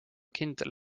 kindel